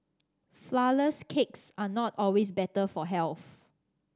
flourless cakes are not always better for health